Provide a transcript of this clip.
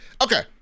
okay